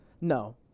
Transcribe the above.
No